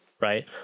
right